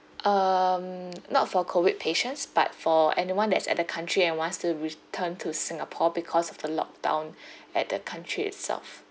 um not for COVID patients but for anyone that's at the country and wants to return to singapore because of the lockdown at the country itself